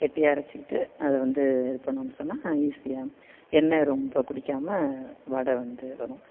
கெட்டியாக அரைத்துக்கிட்டு அதை வந்து இது பண்ணும்னு சொன்னால் ஈஸியாக எண்ணெய் ரொம்ப குடிக்காமல் வடை வந்து வரும்